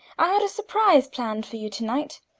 i had a surprise planned for you to-night,